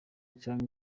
canke